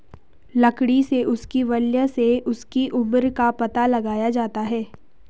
लकड़ी में उसकी वलय से उसकी उम्र का पता लगाया जाता है